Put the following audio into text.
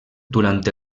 durant